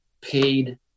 paid